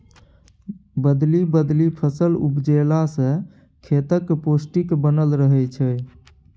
बदलि बदलि फसल उपजेला सँ खेतक पौष्टिक बनल रहय छै